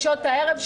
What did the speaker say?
בשעות הערב,